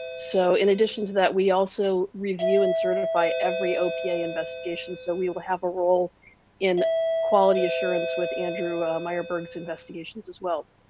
so in addition to that, we also review and certify every opa investigation, so we'll have a role in quality assurance with andrew myerberg's investigation as as well.